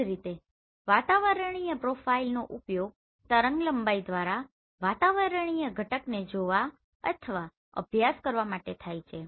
એ જ રીતે વાતાવરણીય પ્રોફાઇલરનો ઉપયોગ તરંગલંબાઇ દ્વારા વાતાવરણીય ઘટકને જોવા અથવા અભ્યાસ કરવા માટે થાય છે